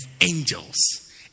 angels